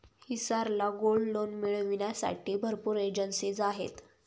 हिसार ला gold loan मिळविण्यासाठी भरपूर एजेंसीज आहेत